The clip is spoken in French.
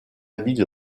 ville